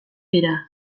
dira